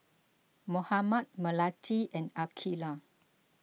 Muhammad Melati and Aqeelah